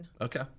Okay